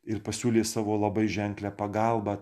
ir pasiūlė savo labai ženklią pagalbą